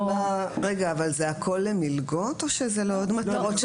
רגע, אבל זה הכול מלגות או שזה לעוד מטרות?